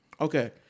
okay